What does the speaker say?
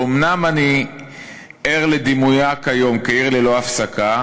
אומנם אני ער לדימויה כיום כעיר ללא הפסקה,